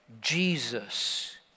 Jesus